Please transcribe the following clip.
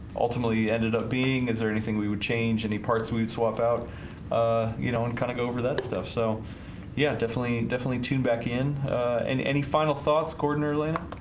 ultimately ended up being is there anything we would change any parts. we would swap out you know and kind of go over that stuff, so yeah, definitely definitely tune back in and any final thoughts gordon earll and